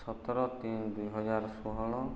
ସତର ତିନି ଦୁଇହଜାର ଷୋହଳ